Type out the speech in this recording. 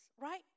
right